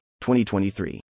2023